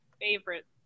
favorite